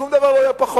שום דבר לא יהיה פחות,